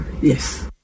yes